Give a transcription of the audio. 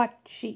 പക്ഷി